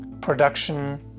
production